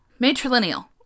matrilineal